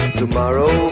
tomorrow